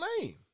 name